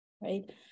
right